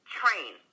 train